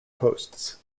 posts